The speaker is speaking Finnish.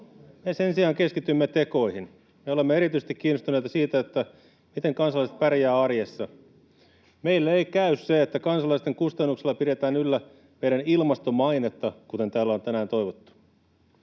Me sen sijaan keskitymme tekoihin. Me olemme kiinnostuneita erityisesti siitä, miten kansalaiset pärjäävät arjessa. Meille ei käy se, että kansalaisten kustannuksella pidetään yllä meidän ”ilmastomainetta”, kuten täällä on tänään toivottu.